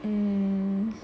mm